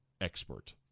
expert